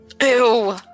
Ew